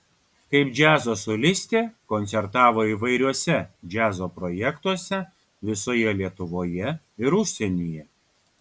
kaip džiazo solistė koncertavo įvairiuose džiazo projektuose visoje lietuvoje ir užsienyje